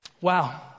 Wow